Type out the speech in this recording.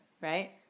right